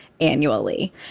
Annually